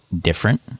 different